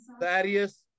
Thaddeus